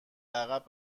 عقب